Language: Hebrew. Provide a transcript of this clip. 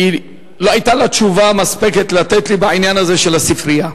לא היתה לה תשובה מספקת לתת לי בעניין הזה של הספרייה.